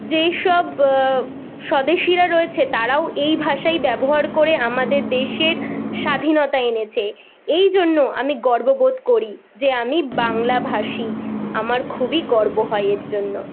যেই সব স্বদেশিরা রয়েছে তারাও এই ভাষাই ব্যবহার করে আমাদের দেশের স্বাধীনতা এনেছে এই জন্য আমি গর্ববোধ করি যে আমি বাংলাভাষী আমার খুবই গর্ব হয় এর জন্য